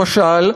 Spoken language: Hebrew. למשל,